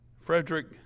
Frederick